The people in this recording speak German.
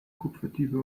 kupferdiebe